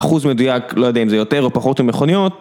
אחוז מדויק, לא יודע אם זה יותר או פחות ממכוניות